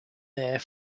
air